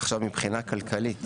שמבחינה כלכלית